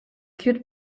cute